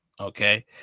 Okay